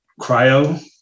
cryo